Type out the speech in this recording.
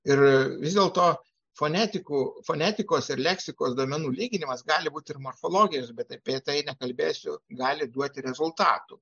ir vis dėlto fonetikų fonetikos ir leksikos duomenų lyginimas gali būti ir morfologinis bet apie tai nekalbėsiu gali duoti rezultatų